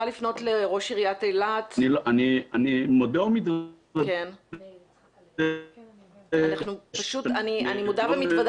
אני מודה ומתוודה --- אני מודה ומתוודה